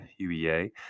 UEA